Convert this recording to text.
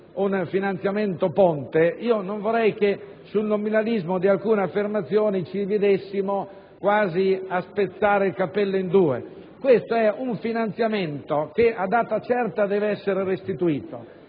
un finanziamento ponte. Non vorrei che sul nominalismo di alcune affermazioni ci dividessimo, quasi a spezzare il capello in due. Questo è un finanziamento che a data certa deve essere restituito,